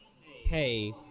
hey